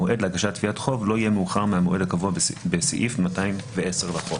המועד להגשת תביעות חוב לא יהיה מאוחר מהמועד הקבוע בסעיף 210 לחוק.